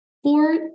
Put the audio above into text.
Four